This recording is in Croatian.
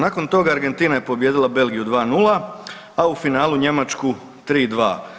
Nakon toga Argentina je pobijedila Belgiju 2:0, a u finalu Njemačku 3:2.